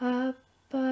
up